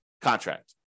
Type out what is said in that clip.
contract